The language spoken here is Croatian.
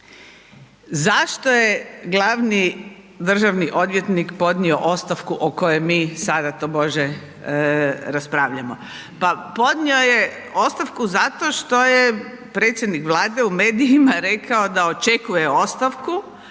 Zašto je glavni državni odvjetnik podnio ostavku o kojoj mi sada tobože raspravljamo? Pa podnio je ostavku zato što je predsjednik Vlade u medijima rekao da očekuje ostavku,